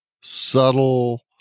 subtle